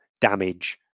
damage